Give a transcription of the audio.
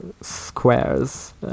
squares